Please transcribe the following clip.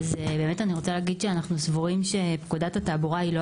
אני רוצה להגיד שאנחנו סבורים שפקודת התעבורה היא לא